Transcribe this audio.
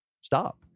stop